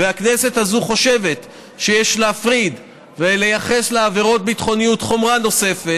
והכנסת הזאת חושבת שיש להפריד ולייחס לעבירות ביטחוניות חומרה נוספת,